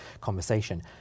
conversation